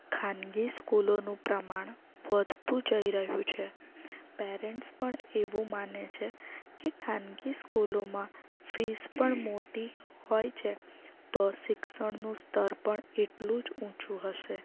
ખાનગી સ્કૂલોનું પ્રમાણ વધતું જઈ રહ્યું છે પેરેન્ટ્સ પણ એવું માને છે કે ખાનગી સ્કૂલોમાં ફીસ પણ મોટી હોય છે તો શિક્ષણનું સ્તર પણ એટલું જ ઊંચું હશે